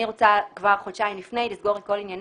ואני רוצה כבר חודשיים לפני כן לסגור את כל ענייניי,